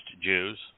Jews